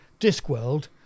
Discworld